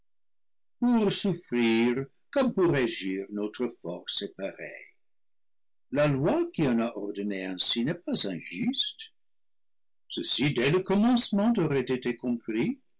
comme pour agir notre force est pareille la loi qui en a ordonné ainsi n'est pas in juste ceci dès le commencement aurait été compris